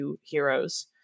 Heroes